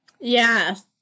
Yes